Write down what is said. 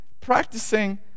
practicing